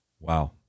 Wow